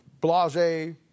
blase